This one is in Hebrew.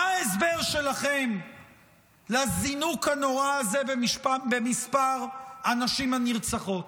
מה ההסבר שלכם לזינוק הנורא הזה במספר הנשים הנרצחות?